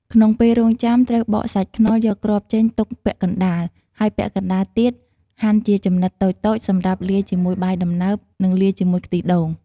ក្នុងពេលរងចាំ ត្រូវបកសាច់ខ្នុរយកគ្រាប់ចេញទុកពាក់កណ្ដាល ហើយពាក់កណ្ដាលទៀតហាន់ជាចំណិតតូចៗសម្រាប់លាយជាមួយបាយដំណើប និងលាយជាមួយខ្ទិះដូង ។